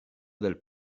del